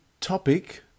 topic